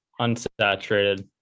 unsaturated